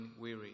weary